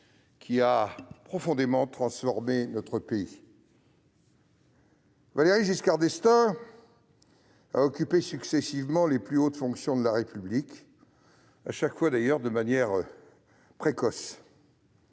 qui a profondément transformé notre pays. Valéry Giscard d'Estaing a occupé successivement les plus hautes fonctions de la République, chaque fois de manière précoce.